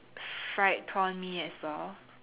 fried prawn Mee as well